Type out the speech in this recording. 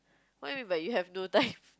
what do you mean by you have no time